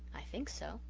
i think so,